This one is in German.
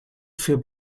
für